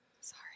Sorry